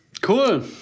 Cool